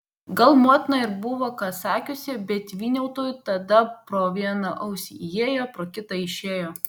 gal motina ir buvo ką sakiusi bet vyniautui tada pro vieną ausį įėjo pro kitą išėjo